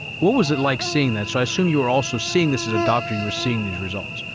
what was it like seeing that? so i assume you were also seeing this as a doctor, you were seeing these results.